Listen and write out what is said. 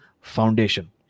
foundation